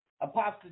Apostle